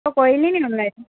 তই কৰিলিনি অনলাইন